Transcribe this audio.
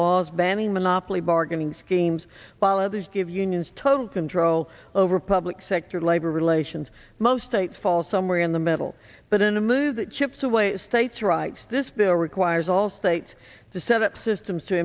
laws banning monopoly bargaining schemes while others give unions total control over public sector labor relations most states fall somewhere in the middle but in a move that chips away states rights this bill requires all states to set up systems to